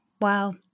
Wow